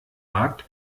wagt